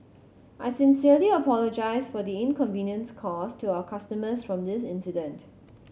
I sincerely apologise for the inconvenience caused to our customers from this incident